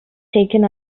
taken